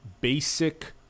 basic